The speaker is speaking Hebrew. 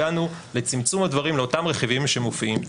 הגענו לצמצום הדברים לאותם רכיבים שמופיעים פה.